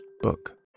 book